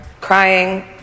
crying